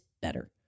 better